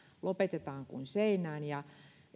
lopetetaan kuin seinään ja